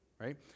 right